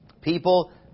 people